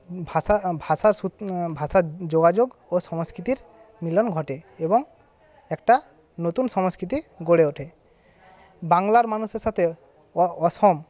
ভাষা ভাষার সূত্র ভাষার যোগাযোগ ও সংস্কৃতির মিলন ঘটে এবং একটা নতুন সংস্কৃতি গড়ে ওঠে বাংলার মানুষের সাথে অসম